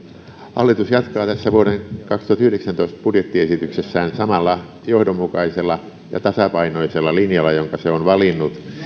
hallitus jatkaa tässä vuoden kaksituhattayhdeksäntoista budjettiesityksessään samalla johdonmukaisella ja tasapainoisella linjalla jonka se on valinnut